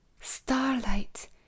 Starlight